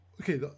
okay